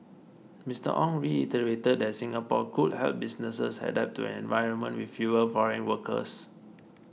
Mister Ong reiterated that Singapore could help businesses adapt to an environment with fewer foreign workers